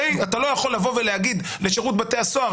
אתה לא יכול לבוא ולהגיד לשירות בתי הסוהר